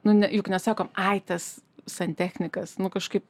nu ne juk nesakome ai tas santechnikas nu kažkaip